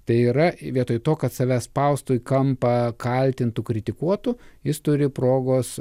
tai yra vietoj to kad save spaustų į kampą kaltintų kritikuotų jis turi progos